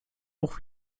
auch